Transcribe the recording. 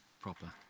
proper